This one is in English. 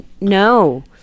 No